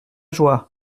joie